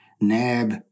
Nab